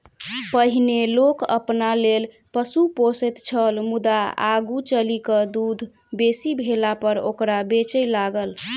पहिनै लोक अपना लेल पशु पोसैत छल मुदा आगू चलि क दूध बेसी भेलापर ओकरा बेचय लागल